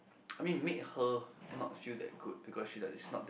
I mean made her not feel that good because she like is not that